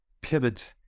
pivot